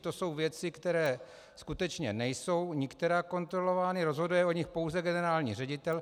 To jsou věci, které skutečně nejsou nikterak kontrolovány, rozhoduje o nich pouze generální ředitel.